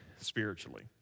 spiritually